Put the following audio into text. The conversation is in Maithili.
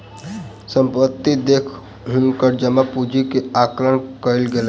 संपत्ति देख हुनकर जमा पूंजी के आकलन कयल गेलैन